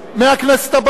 מהכנסת הבאה.